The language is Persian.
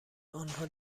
آنها